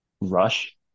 rush